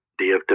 DFW